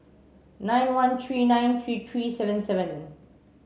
nine one three nine three three seven seven